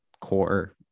core